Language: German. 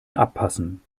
abpassen